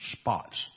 spots